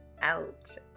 out